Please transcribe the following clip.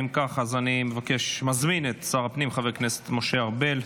אם כך, אני מזמין את שר הפנים חבר הכנסת משה ארבל.